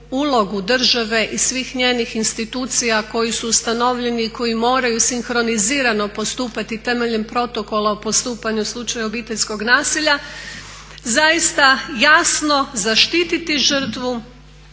ulogu države i svih njenih institucija koji su ustanovljeni i koji moraju sinhronizirano postupati temeljem protokola o postupanju u slučaju obiteljskog nasilja zaista jasno zaštititi žrtvu